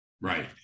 Right